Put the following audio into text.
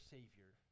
Savior